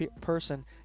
person